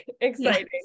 exciting